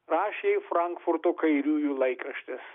rašė frankfurto kairiųjų laikraštis